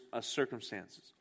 circumstances